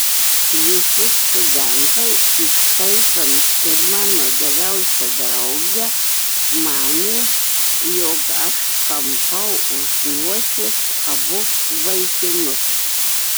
visi studentai įskaitant ir mano geriausią draugę manė jog aš tampau už nosies abu vaikinus